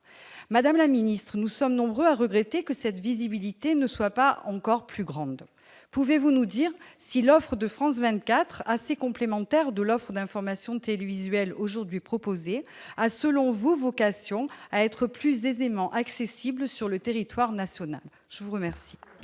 Madame la ministre, nous sommes nombreux à regretter que cette visibilité ne soit pas encore plus grande. Pouvez-vous nous dire si l'offre de France 24, assez complémentaire de l'offre d'informations télévisuelles aujourd'hui proposée, a selon vous vocation à être plus aisément accessible sur le territoire national ? La parole